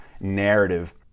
narrative